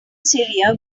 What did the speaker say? syria